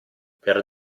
per